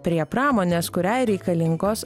prie pramonės kuriai reikalingos